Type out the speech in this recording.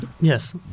Yes